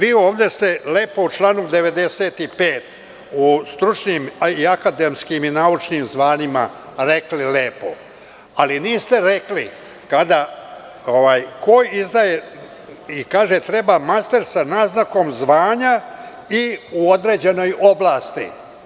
Vi ste ovde lepo u članu 95, u stručnim, akademskim i naučnim zvanjima rekli lepo, ali niste rekli ko izdaje i kaže – treba master sa naznakom zvanja i u određenoj oblasti.